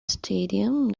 stadium